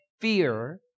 fear